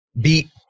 Beat